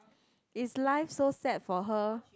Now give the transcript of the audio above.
is life so sad for her